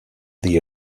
the